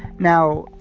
now,